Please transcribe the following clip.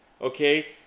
okay